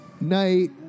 Night